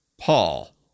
Paul